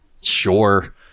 sure